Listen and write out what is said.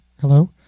Hello